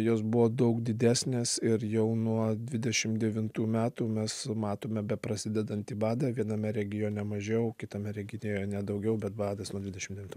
jos buvo daug didesnės ir jau nuo dvidešim devintų metų mes matome beprasidedantį badą viename regione mažiau kitame regione daugiau bet badas nuo dvidešim devintų